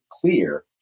clear